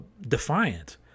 defiant